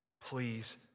Please